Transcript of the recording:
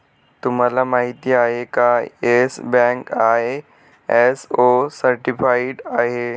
तुम्हाला माहिती आहे का, येस बँक आय.एस.ओ सर्टिफाइड आहे